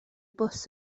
bws